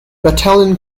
battalion